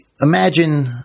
Imagine